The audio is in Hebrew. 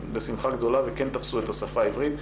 בשמחה גדולה והן כן תפסו את השפה העברית.